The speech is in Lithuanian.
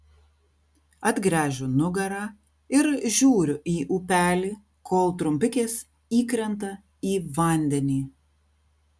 atgręžiu nugarą ir žiūriu į upelį kol trumpikės įkrenta į vandenį